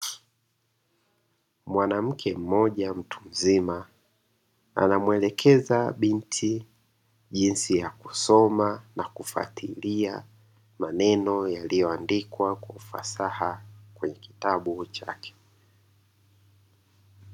Mwanamke mmoja mtu mzima anamuelekeza binti jinsi ya kusoma na kufuatilia maneno yaliyoandikwa kwa ufasaha kwenye kitabu chake.